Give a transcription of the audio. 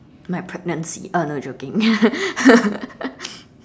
my pregnancy uh no joking